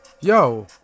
yo